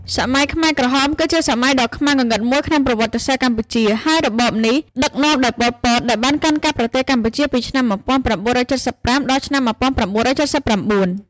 សម័យខ្មែរក្រហម គឺជាសម័យដ៏ខ្មៅងងឹតមួយក្នុងប្រវត្តិសាស្ត្រកម្ពុជា ហើយរបបនេះដឹកនាំដោយប៉ុលពតដែលបានកាន់កាប់ប្រទេសកម្ពុជាពីឆ្នាំ១៩៧៥ ដល់ឆ្នាំ១៩៧៩។